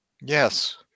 Yes